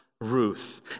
Ruth